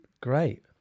Great